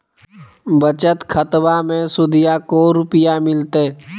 बचत खाताबा मे सुदीया को रूपया मिलते?